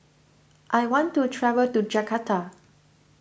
I want to travel to Jakarta